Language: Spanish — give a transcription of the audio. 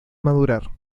madurar